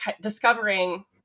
discovering